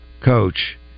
coach